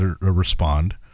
respond